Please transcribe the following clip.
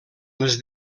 les